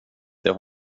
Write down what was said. det